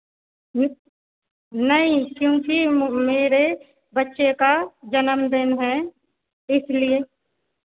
नहीं क्योंकि मेरे बच्चे का जन्मदिन हैं इसलिए